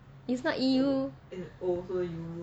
it's not E_U